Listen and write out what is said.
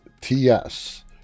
TS